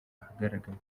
ahagaragara